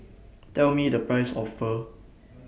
Tell Me The Price of Pho